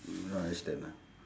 don't understand ah